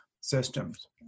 systems